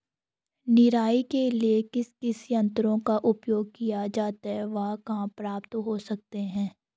निराई के लिए किन किन यंत्रों का उपयोग किया जाता है वह कहाँ प्राप्त हो सकते हैं?